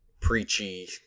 preachy